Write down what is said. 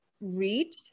reach